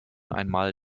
einmal